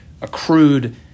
accrued